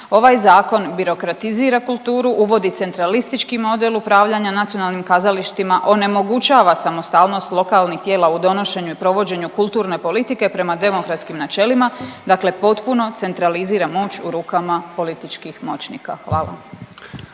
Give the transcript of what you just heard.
Ovaj zakon birokratizira kulturu, uvodi centralistički model upravljanja nacionalnim kazalištima, onemogućava samostalnost lokalnih tijela u donošenju i provođenju kulturne politike prema demokratskim načelima, dakle potpuno centralizira moć u rukama političkih moćnika. Hvala.